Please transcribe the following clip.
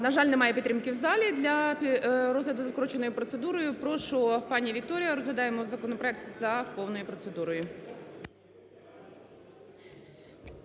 На жаль, немає підтримки в залі для розгляду за скороченою процедурою. Прошу, пані Вікторія, розглядаємо законопроект за повною процедурою.